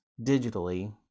digitally